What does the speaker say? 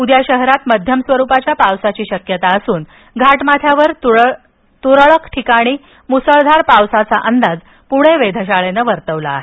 उद्या शहरात मध्यम स्वरूपाच्या पावसाची शक्यता असून घाटमाथ्यावर तुरळक ठिकाणी मुसळधार पावसाचा अंदाज पुणे वेधशाळेन वर्तवला आहे